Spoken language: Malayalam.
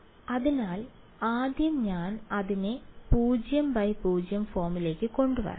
അതിനാൽ ആദ്യം ഞാൻ അതിനെ 0 ബൈ 0 ഫോമിലേക്ക് കൊണ്ടുവരണം